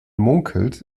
munkelt